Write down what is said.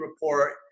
report